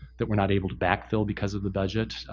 that we're not able back-fill, because of the budget.